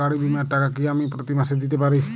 গাড়ী বীমার টাকা কি আমি প্রতি মাসে দিতে পারি?